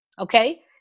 Okay